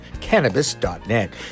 cannabis.net